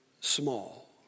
small